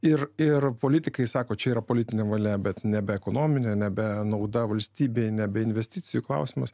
ir ir politikai sako čia yra politinė valia bet nebe ekonomine nebe nauda valstybei nebe investicijų klausimas